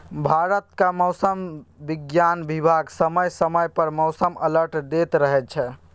भारतक मौसम बिज्ञान बिभाग समय समय पर मौसम अलर्ट दैत रहै छै